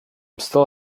still